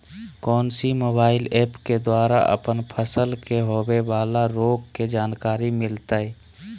कौन सी mobile app के द्वारा अपन फसल के होबे बाला रोग के जानकारी मिलताय?